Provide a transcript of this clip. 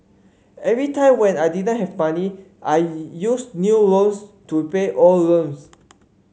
every time when I didn't have money I used new loans to repay old loans